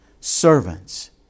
Servants